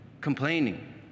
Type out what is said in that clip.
complaining